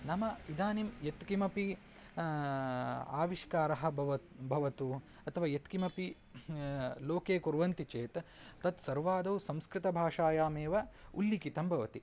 नाम इदानीं यत् किमपि आविष्कारः भवतु भवतु अथवा यत् किमपि लोके कुर्वन्ति चेत् तत् सर्वादौ संस्कृतभाषायामेव उल्लिखितं भवति